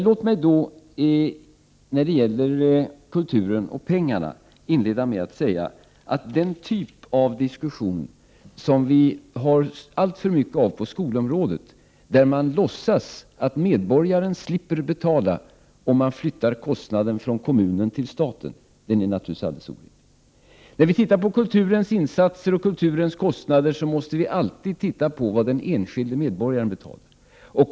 Låt mig då när det gäller kulturen och pengarna inleda med att säga att den typ av diskussion som förekommer alltför mycket på skolområdet, där man låtsas att medborgaren slipper betala om kostnaden flyttas från kommunen till staten, naturligtvis är alldeles orimlig. När vi tittar på kulturens insatser och kostnader måste vi alltid titta på vad den enskilde medborgaren betalar.